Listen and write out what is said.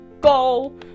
goal